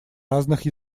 разных